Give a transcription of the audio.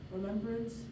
remembrance